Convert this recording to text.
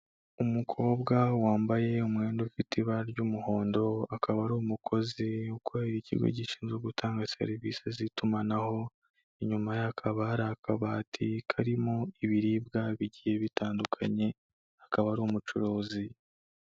Umukobwa wambaye umwenda ufite ibara ry'umuhondo, akaba ari umukozi ukorera ikigo gishinzwe gutanga serivisi z'itumanaho, inyuma ye hakaba hari akabati karimo ibiribwa bigiye bitandukanye akaba ari umucuruzi.